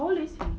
how old is he